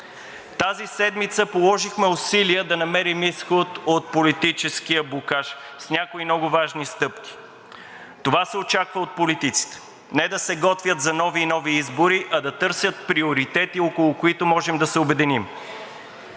Тази седмица положихме усилия да намерим изход от политическия блокаж с някои много важни стъпки. Това се очаква от политиците – не да се готвят за нови и нови избори, а да търсят приоритети, около които можем да се обединим.